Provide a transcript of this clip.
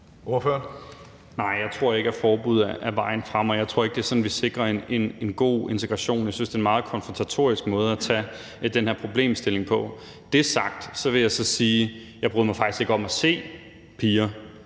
Nej, jeg tror ikke, at forbud er vejen frem, og jeg tror ikke, at det er sådan, vi sikrer en god integration. Jeg synes, det er en meget konfrontatorisk måde at håndtere den her problemstilling på. Når det er sagt, vil jeg sige, at jeg faktisk ikke bryder mig